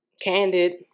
Candid